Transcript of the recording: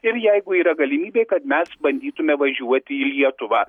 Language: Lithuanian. ir jeigu yra galimybė kad mes bandytume važiuoti į lietuvą